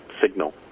signal